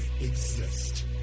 exist